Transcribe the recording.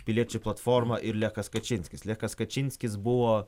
piliečių platforma ir lechas kačinskis lechas kačinskis buvo